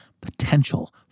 potential